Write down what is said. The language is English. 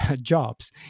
jobs